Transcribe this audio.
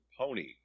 Pony